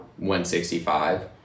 165